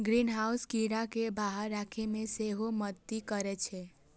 greenhouse कीड़ा कें बाहर राखै मे सेहो मदति करै छै